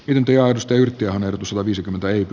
yhtiö osti yhtiön verotus on viisikymmentä ykn